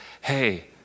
hey